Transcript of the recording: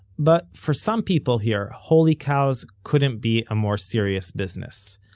but for some people here, holy cows couldn't be a more serious business.